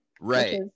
Right